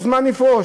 הוא מוזמן לפרוש.